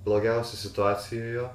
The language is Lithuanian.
blogiausia situacija